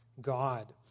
God